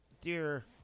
Dear